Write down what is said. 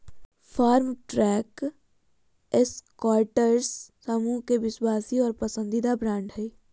Farmtrac Escorts समूह के विश्वासी और पसंदीदा ब्रांड हइ